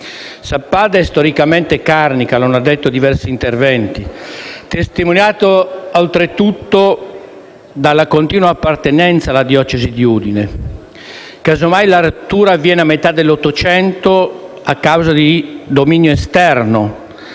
Sappada è storicamente carnica: è stato detto in diversi interventi e ciò è testimoniato, oltretutto, dalla continua appartenenza alla diocesi di Udine. La rottura è avvenuta a metà dell'Ottocento, a causa di un dominio esterno